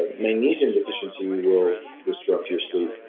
magnesium deficiency will disrupt your sleep.